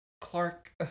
clark